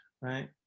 right